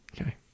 Okay